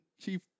Chief